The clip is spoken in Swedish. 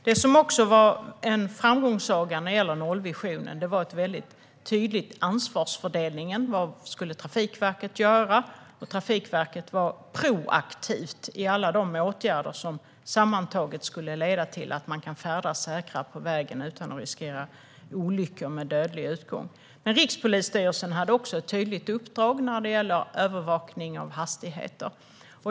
Det som också var en framgångssaga för nollvisionen var att man hade en tydlig ansvarsfördelning, till exempel vad Trafikverket skulle göra. Trafikverket var dessutom proaktivt i alla de åtgärder som sammantaget skulle leda till att man kan färdas säkrare på vägen utan att riskera olyckor med dödlig utgång. Även Rikspolisstyrelsen hade ett tydligt uppdrag, som gällde övervakning av hastigheter.